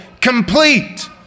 complete